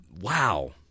Wow